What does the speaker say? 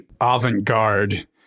avant-garde